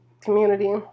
community